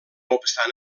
obstant